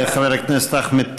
תודה לחבר הכנסת אחמד טיבי.